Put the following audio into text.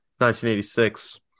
1986